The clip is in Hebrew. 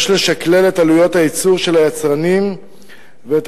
יש לשקלל את עלויות הייצור של היצרנים ואת